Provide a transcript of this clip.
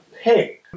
pay